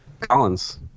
Collins